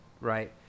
right